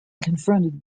confronted